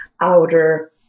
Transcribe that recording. outer